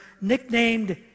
nicknamed